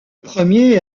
premier